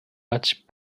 much